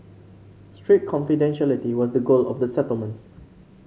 strict confidentiality was the goal of the settlements